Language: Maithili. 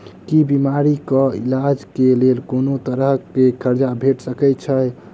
की बीमारी कऽ इलाज कऽ लेल कोनो तरह कऽ कर्जा भेट सकय छई?